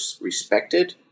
respected